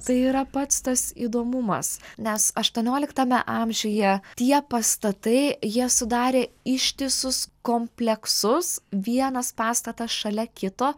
tai yra pats tas įdomumas nes aštuonioliktame amžiuje tie pastatai jie sudarė ištisus kompleksus vienas pastatas šalia kito